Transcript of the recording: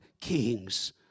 kings